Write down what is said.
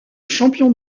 champion